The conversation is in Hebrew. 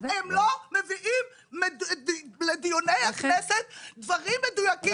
הם אף פעם לא מביאים לדיוני הכנסת דברים מדויקים.